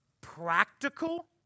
practical